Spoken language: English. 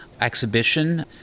exhibition